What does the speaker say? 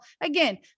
again